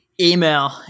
Email